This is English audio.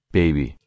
baby